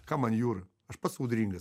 kam man jūra aš pats audringas